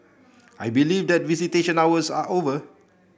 I believe that visitation hours are over